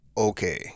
Okay